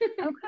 Okay